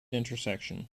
intersection